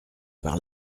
par